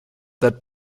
that